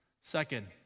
Second